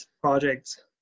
projects